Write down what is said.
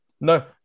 no